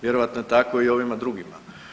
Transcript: Vjerojatno je tako i ovima drugima.